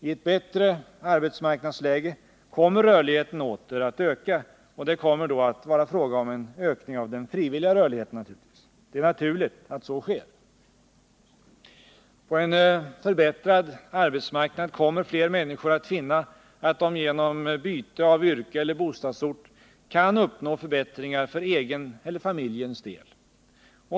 I ett bättre arbetsmarknadsläge kommer rörligheten åter att öka. Och det kommer då att vara en fråga om en ökning av den frivilliga rörligheten. Det är naturligt att så sker. På en förbättrad arbetsmarknad kommer fler människor att finna att de genom byte av yrke eller bostadsort kan uppnå förbättringar för egen eller för familjens del.